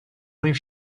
lift